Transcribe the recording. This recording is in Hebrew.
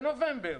בנובמבר